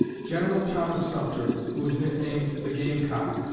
general thomas sumter, who was nicknamed the game cock,